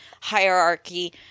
hierarchy